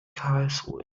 karlsruhe